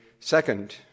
second